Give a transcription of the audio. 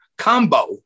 combo